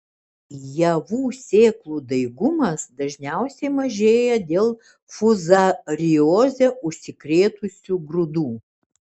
javų sėklų daigumas dažniausiai mažėja dėl fuzarioze užsikrėtusių grūdų